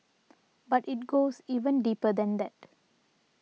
but it goes even deeper than that